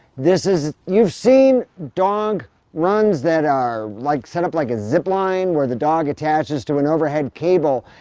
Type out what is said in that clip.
this is. you've seen dog runs that are like, set up like a zip line where the dog attaches to an overhead cable.